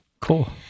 cool